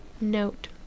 note